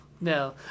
No